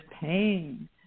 pain